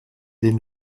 den